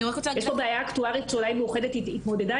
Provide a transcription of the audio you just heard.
יש פה בעיה אקטוארית שאולי מאוחדת התמודדה